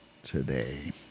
Today